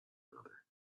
another